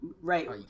Right